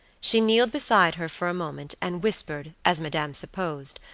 she kneeled beside her for a moment and whispered, as madame supposed,